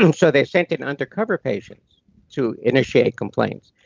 um so they sent in undercover patients to initiate complaints,